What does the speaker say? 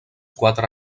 quatre